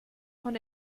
von